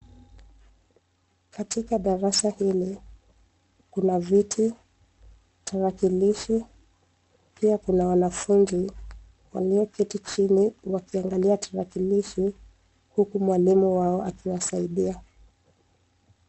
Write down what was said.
Katika darasa hili, kuna viti, tarakilishi, pia kuna wanafunzi, walioketi chini, wakiangalia tarakilishi, huku mwalimu wao akiwasaidia.